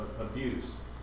abuse